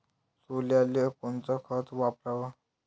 सोल्याले कोनचं खत वापराव?